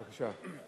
בבקשה.